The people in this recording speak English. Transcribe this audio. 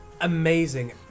amazing